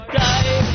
die